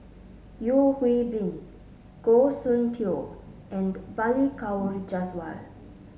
Yeo Hwee Bin Goh Soon Tioe and Balli Kaur Jaswal